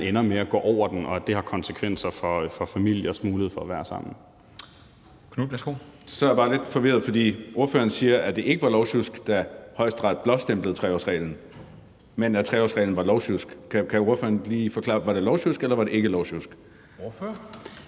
ender med at gå over den, og når det har konsekvenser for familiers mulighed for at være sammen.